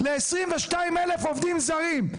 ל-22,000 עובדים זרים.